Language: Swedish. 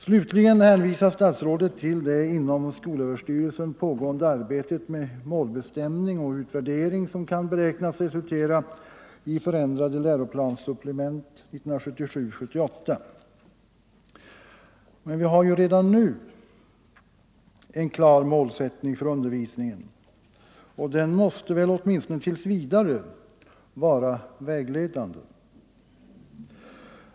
Slutligen hänvisar statsrådet till det inom skolöverstyrelsen pågående arbetet med målbestämning och utvärdering, som kan beräknas resultera i förändrade läroplanssupplement 1977/78. Men vi har ju redan nu en klar målsättning för undervisningen, och den måste väl åtminstone tills vidare vara vägledande.